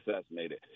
assassinated